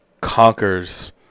conquers